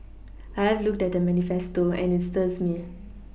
I looked at the manifesto and it stirs me